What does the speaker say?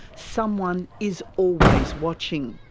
someone is always watching.